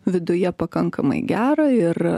viduje pakankamai gerą ir